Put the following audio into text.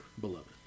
beloved